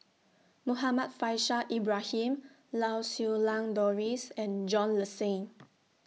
Muhammad Faishal Ibrahim Lau Siew Lang Doris and John Le Cain